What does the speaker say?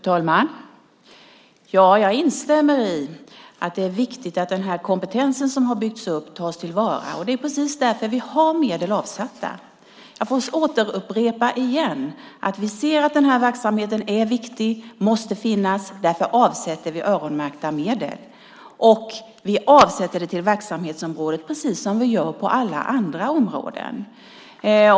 Fru talman! Jag instämmer i att det är viktigt att den kompetens som har byggts upp tas till vara. Det är precis därför vi har medel avsatta. Jag får ännu en gång upprepa att vi ser att denna verksamhet är viktig och måste finnas. Därför avsätter vi öronmärkta medel. Vi avsätter det till verksamhetsområdet, precis som vi gör på alla andra områden.